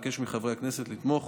אבקש מחברי הכנסת לתמוך